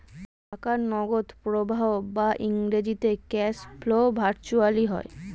টাকার নগদ প্রবাহ বা ইংরেজিতে ক্যাশ ফ্লো ভার্চুয়ালি হয়